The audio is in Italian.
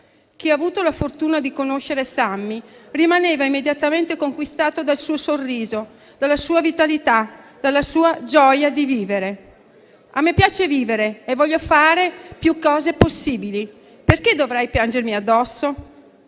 Chi ha avuto la fortuna di conoscere Sammy rimaneva immediatamente conquistato dal suo sorriso, dalla sua vitalità e dalla sua gioia di vivere. A me piace vivere e voglio fare più cose possibili, perché dovrei piangermi addosso?